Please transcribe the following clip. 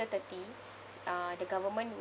thirty uh the government